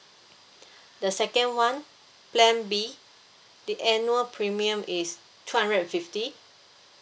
the second one plan B the annual premium is two hundred fifty